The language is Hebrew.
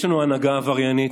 יש לנו הנהגה עבריינית,